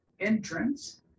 entrance